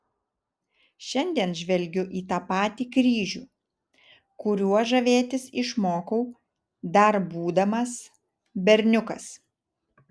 šiandien žvelgiu į tą patį kryžių kuriuo žavėtis išmokau dar būdamas berniukas